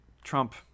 Trump